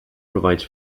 provides